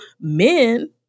men